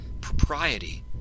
Propriety